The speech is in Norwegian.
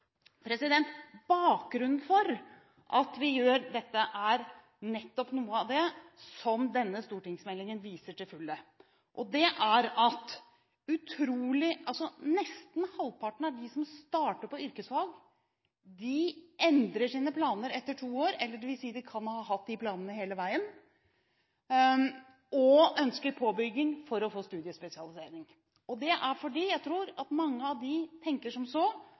Bakgrunnen for at vi gjør dette er nettopp noe av det som denne stortingsmeldingen viser til fulle. Nesten halvparten av dem som starter på yrkesfag, endrer sine planer etter to år – eller de kan ha hatt de planene hele tiden – og ønsker påbygging for å få studiespesialisering. Jeg tror det er fordi mange av dem tenker som så